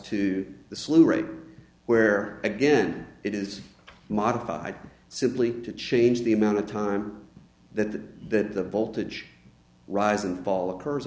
rate where again it is modified simply to change the amount of time that the that the voltage rise and fall occurs